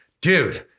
dude